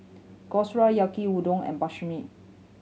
Gyros Yaki Udon and Monsunabe